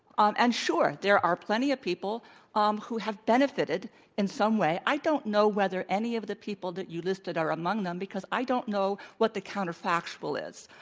and sure, there are plenty of people um who have benefited in some way. i don't know whether any of the people that you listed are among them because i don't know what the counter factual is.